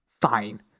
fine